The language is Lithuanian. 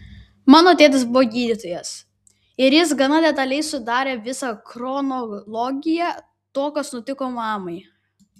mano tėtis buvo gydytojas ir jis gana detaliai sudarė visą chronologiją to kas nutiko mano mamai